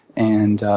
and,